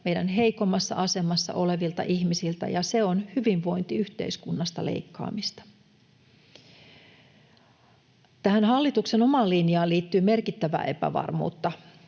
meidän heikoimmassa asemassa olevilta ihmisiltä ja se on hyvinvointiyhteiskunnasta leikkaamista. Hallituksen omaan linjaan liittyy merkittävää epävarmuutta.